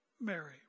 Mary